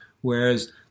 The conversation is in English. whereas